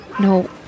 No